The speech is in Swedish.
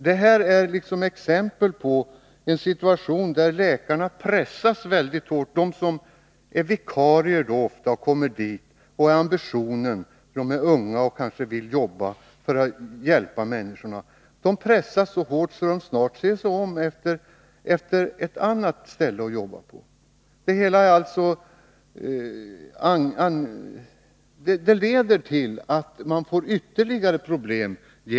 Detta är exempel på en situation där läkarna pressas mycket hårt. De är ofta vikarier och har ambitioner. De är unga och vill jobba för att hjälpa människorna. De pressas så hårt att de snart ser sig om efter något annat ställe att jobba på. Denna underbemanning av läkarstationer leder också till ytterligare problem.